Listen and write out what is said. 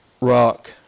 rock